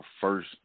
first